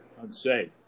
unsafe